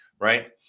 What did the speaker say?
Right